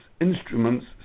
instruments